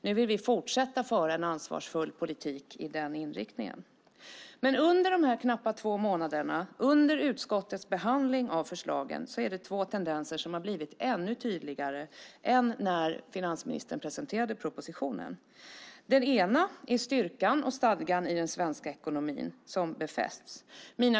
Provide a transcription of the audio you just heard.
Vi vill fortsätta att föra en ansvarsfull politik med den inriktningen. Under de här knappa två månaderna, under utskottets behandling av förslagen, har två tendenser blivit ännu tydligare än när finansministern presenterade propositionen. Den ena är styrkan och stadgan i den svenska ekonomin. Den har befästs.